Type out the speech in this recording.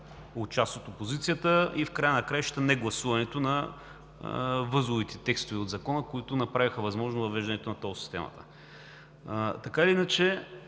от част от опозицията и в края на краищата негласуването на възлови текстове от Закона, които направиха възможно въвеждането на тол системата. Така или иначе